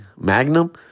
Magnum